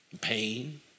pain